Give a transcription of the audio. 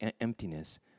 emptiness